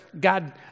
God